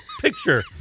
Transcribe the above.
picture